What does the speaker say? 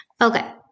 Okay